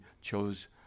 chose